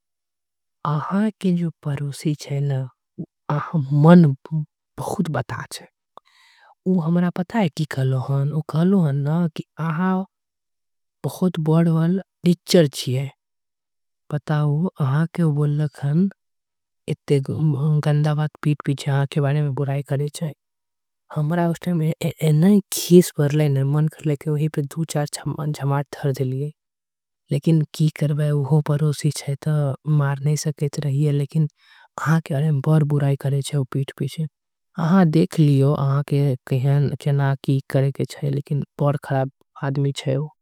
धन्यवाद अह अगर नई रहते राहत त हम की। करबे अरे कोनो बात नहि दोस्त तो होवे करे। छे ई हेला अगर दोस्त मदद नि करे छे त। कोन करबे अगर कोनों दिक्कत हो तो भविष्य। मे तो हमरा बताओ सहायता जरूर करीबे।